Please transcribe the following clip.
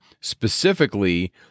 specifically